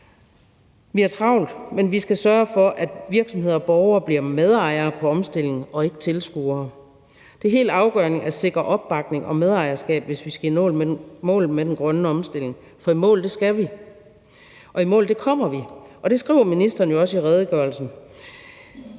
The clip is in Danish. Vi har travlt, men vi skal sørge for, at virksomheder og borgere bliver medejere af omstillingen og ikke tilskuere til den. Det er helt afgørende at sikre opbakning og medejerskab, hvis vi skal nå i mål med den grønne omstilling, for i mål skal vi, og i mål kommer vi. Og det skriver ministeren jo også i redegørelsen.